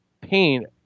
pain